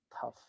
tough